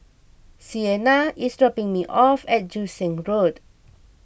Siena is dropping me off at Joo Seng Road